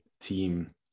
team